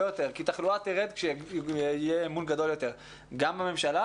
יותר כי תחלואה תרד כשיהיה אמון גדול יותר גם בממשלה